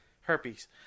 Herpes